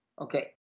Okay